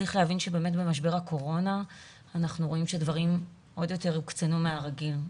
צריך להבין שבמשבר הקורונה אנחנו רואים שהדברים עוד יותר הוקצנו מהרגיל.